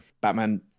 Batman